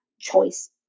choice